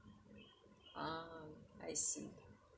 ah I see